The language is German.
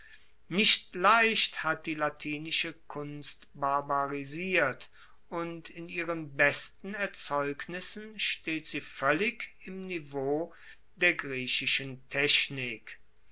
nicht leicht hat die latinische kunst barbarisiert und in ihren besten erzeugnissen steht sie voellig im niveau der griechischen technik